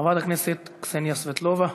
חברת הכנסת קסניה סבטלובה,